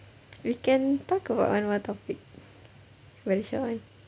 we can talk about one more topic very short [one]